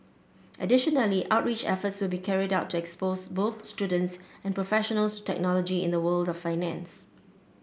additionally outreach efforts will be carried out to expose both students and professionals to technology in the world of finance